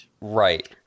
right